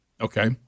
Okay